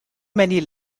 many